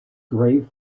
grave